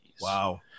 Wow